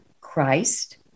Christ